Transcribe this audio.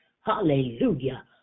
Hallelujah